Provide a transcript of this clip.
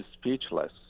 speechless